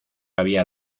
había